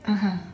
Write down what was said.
(uh huh)